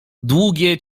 długie